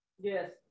Yes